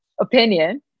opinion